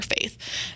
faith